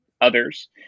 others